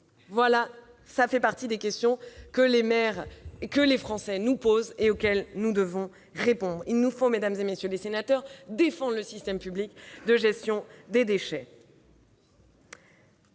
Cela fait partie des questions que les Français nous posent et auxquelles nous devons répondre. Il nous faut, mesdames, messieurs les sénateurs, défendre le système public de gestion des déchets.